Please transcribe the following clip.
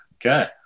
Okay